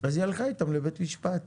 אז היא הלכה איתם לבית משפט,